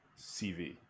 CV